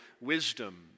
wisdom